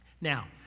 Now